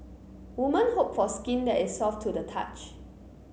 women hope for skin that is soft to the touch